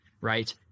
right